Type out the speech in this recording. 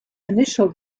initial